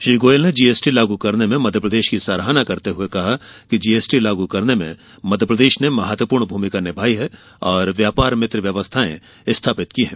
श्री गोयल ने जीएसटी लागू करने में मध्यप्रदेश की सराहना करते हुए कहा कि जीएसटी लागू करने में मध्यप्रदेश ने महत्वपूर्ण भूमिका निभाई है और व्यापार मित्र व्यवस्थाएं स्थापित की हैं